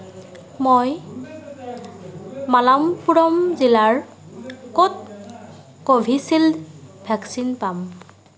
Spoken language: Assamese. মই মালাপ্পুৰম জিলাৰ ক'ত কোভিচিল্ড ভেকচিন পাম